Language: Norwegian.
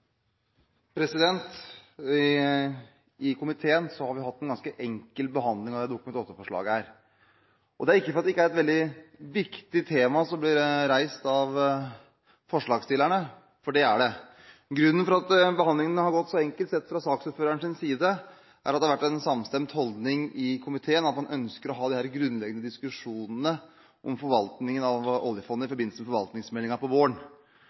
et viktig tema som blir reist av forslagsstillerne, for det er det. Grunnen til at behandlingen har gått så enkelt sett fra saksordførerens side, er at det har vært en samstemt holdning i komiteen at man ønsker å ha disse grunnleggende diskusjonene om forvaltningen av oljefondet i forbindelse med forvaltningsmeldingen på våren.